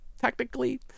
technically